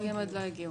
הם עוד לא הגיעו.